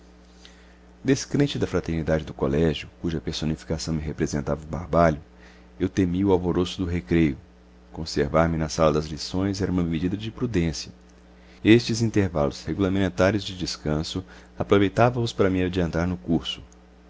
rapaz descrente da fraternidade do colégio cuja personificação representava me o barbalho eu temia o alvoroço do recreio conservar-me na sala das lições era uma medida de prudência estes intervalos regulamentares de descanso aproveitava os para me adiantar no curso